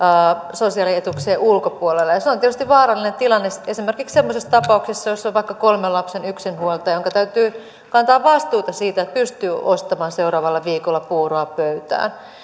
sosiaalietuuksien ulkopuolelle ja se on tietysti vaarallinen tilanne esimerkiksi semmoisessa tapauksessa jossa on vaikka kolmen lapsen yksinhuoltaja jonka täytyy kantaa vastuuta siitä että pystyy ostamaan seuraavalla viikolla puuroa pöytään